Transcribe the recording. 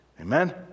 Amen